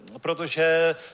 Protože